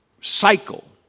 cycle